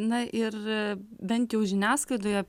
na ir bent jau žiniasklaidoje